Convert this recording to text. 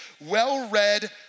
well-read